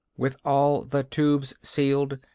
with all the tubes sealed,